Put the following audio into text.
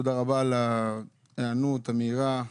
תודה על ההיענות המהירה.